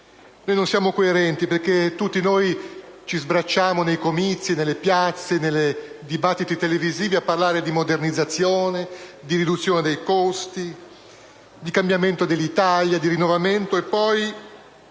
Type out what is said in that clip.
Noi non siamo coerenti, perché ci sbracciamo tutti nei comizi, nelle piazze e nei dibattiti televisivi a parlare di modernizzazione, di riduzione dei costi, di cambiamento dell'Italia, di rinnovamento. Poi,